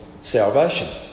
salvation